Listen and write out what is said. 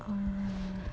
err